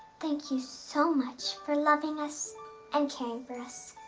thank you so much for loving us and caring for us.